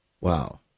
Wow